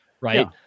right